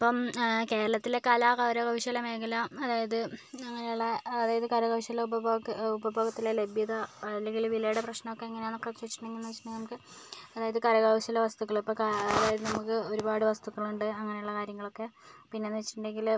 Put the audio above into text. ഇപ്പം കേരളത്തിലെ കലാ കരകൗശല മേഖല അതായത് അങ്ങനെയുള്ള അതായത് കരകൗശല ഉപഭോ ഉപഭോക ഉപഭോഗത്തിലെ ലഭ്യത അല്ലെങ്കിൽ വിലയുടെ പ്രശ്നമൊക്കെ എങ്ങനെയെന്നൊക്കെ ചോദിച്ചിട്ടുണ്ടെങ്കിൽ എന്ന് വെച്ചിട്ടുണ്ടെങ്കിൽ നമുക്ക് അതായത് കരകൗശല വസ്തുക്കൾ ഇപ്പം അതായത് നമുക്ക് ഒരുപാട് വസ്തുക്കളുണ്ട് അങ്ങനെയുള്ള കാര്യങ്ങളൊക്കെ പിന്നെയെന്ന് വെച്ചിട്ടുണ്ടെങ്കിൽ